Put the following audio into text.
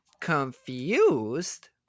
confused